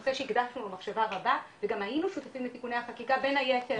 נושא שהקדשנו לו מחשבה רבה וגם היינו שותפים לתיקוני החקיקה וליתר.